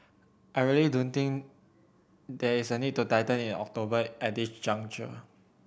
I really don't think there is a need to tighten in October at this juncture